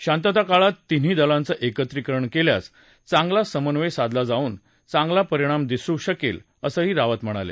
शांतता काळात तिन्ही दलांचं एकत्रीकरण केल्यास चांगला समन्वय साधला जाऊन चांगला परिणाम दिसू शकेल असं रावत म्हणाले